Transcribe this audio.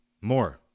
more